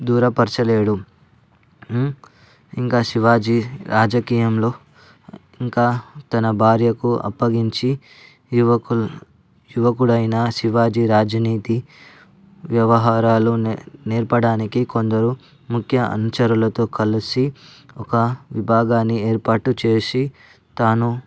దూరపరచలేదు ఇంకా శివాజీ రాజకీయంలో ఇంకా తన భార్యకు అప్పగించి యువకులు యువకుడైన శివాజీ రాజనీతి వ్యవహారాలు నే నేర్పడానికి కొందరు ముఖ్య అనుచరులతో కలిసి ఒక విభాగాన్ని ఏర్పాటు చేసి తాను